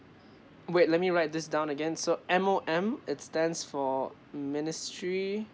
wait let me write this down again so M_O_M it's stands for ministry